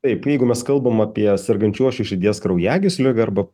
taip jeigu mes kalbam apie sergančiuosius širdies kraujagyslių arba